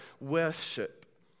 worship